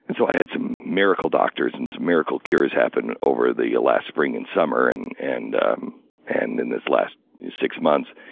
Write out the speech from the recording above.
and so i had some miracle doctors and some miracle cures happen over the last spring and summer, and and and in this last six months.